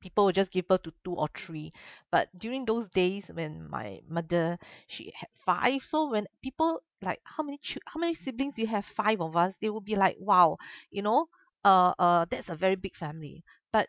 people will just give birth to two or three but during those days when my mother she had five so when people like how many chi~ how many siblings you have five of us they will be like !wow! you know uh that's a very big family but